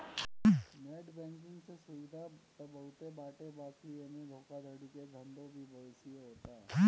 net banking से सुविधा त बहुते बाटे बाकी एमे धोखाधड़ी के धंधो भी बेसिये होता